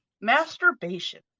masturbation